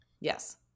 Yes